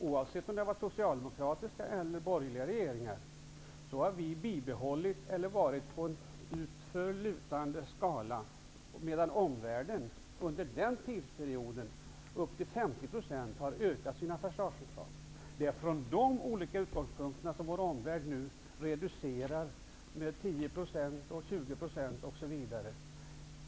Oavsett om det varit socialdemokratiska eller borgerliga regeringar har vi befunnit oss i en utför lutande backe, medan omvärlden under samma tidsperiod har ökat sina försvarsanslag med upp till 50 %. Det är från den utgångspunkten som vår omvärld nu reducerar försvarsanslagen med 10 %, 20 % osv.